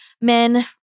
men